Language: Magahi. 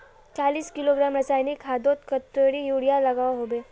चालीस किलोग्राम रासायनिक खादोत कतेरी यूरिया लागोहो होबे?